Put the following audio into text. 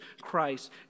Christ